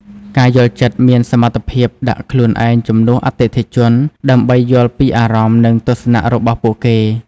ការយល់ចិត្តមានសមត្ថភាពដាក់ខ្លួនឯងជំនួសអតិថិជន ដើម្បីយល់ពីអារម្មណ៍ និងទស្សនៈរបស់ពួកគេ។